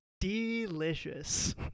Delicious